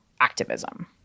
activism